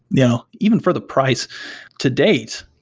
you know even for the price to date,